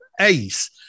ace